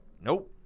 Nope